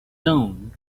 dune